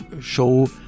Show